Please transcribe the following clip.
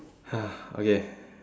!huh! okay